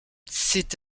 c’est